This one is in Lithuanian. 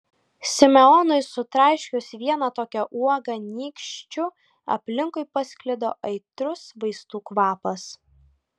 simeonui sutraiškius vieną tokią uogą nykščiu aplinkui pasklido aitrus vaistų kvapas